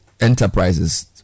enterprises